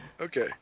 Okay